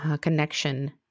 Connection